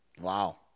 Wow